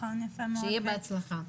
שיהיה בהצלחה.